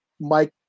Mike